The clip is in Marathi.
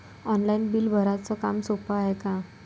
ऑनलाईन बिल भराच काम सोपं हाय का?